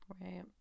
right